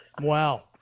Wow